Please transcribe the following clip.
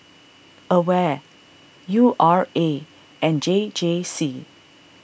Aware U R A and J J C